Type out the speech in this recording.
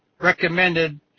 recommended